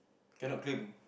cannot claim